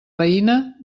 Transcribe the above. veïna